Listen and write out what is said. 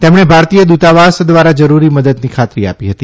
તેમણે ભારતીય દ્વતાવાસ દ્વારા જરૂરી મદદની ખાતરી આપી હતી